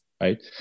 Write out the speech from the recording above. right